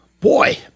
Boy